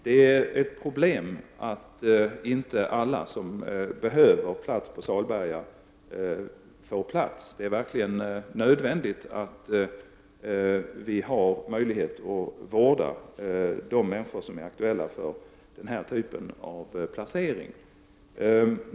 Det är ett problem att inte alla som behöver plats på Salberga kan få plats. Det är verkligen nödvändigt att vi har möjlighet att vårda de människor som är aktuella för den här typen av placering.